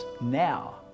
now